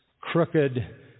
crooked